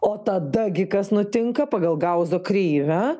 o tada gi kas nutinka pagal gauzo kreivę